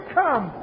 come